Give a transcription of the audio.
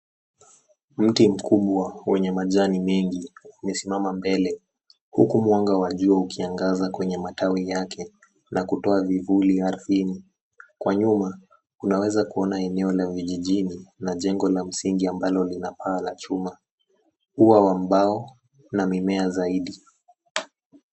Mti mkubwa wenye majani mengi umesimama mbele huku mwanga wa jua ukiangaza kwenye matawi yake na kutoa mivuli ardhini kwa nyuma unaweza kuona eneo la vijini na jengo la msingi lenye paa ya chuma na ua wa mbao na mimea zaidi.